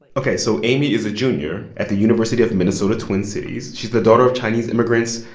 but ok. so amy is a junior at the university of minnesota, twin cities. she's the daughter of chinese immigrants,